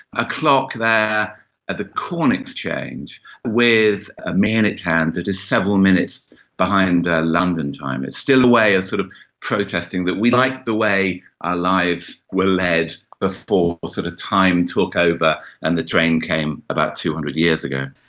a clock there at the corn exchange with ah a minute hand that is several minutes behind london time. it's still a way sort of protesting that we like the way our lives were led before ah sort of time took over and the train came about two hundred years ago.